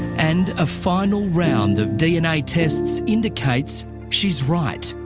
and a final round of dna tests indicates she's right.